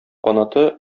канаты